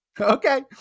Okay